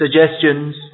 suggestions